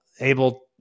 able